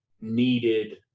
needed